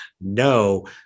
no